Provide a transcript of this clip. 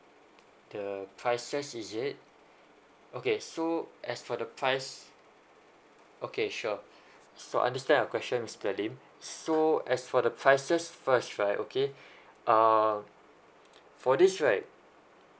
the prices is it okay so as for the price okay sure so I understand your question mr lim so as for the prices first right okay um for this right